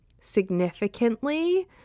significantly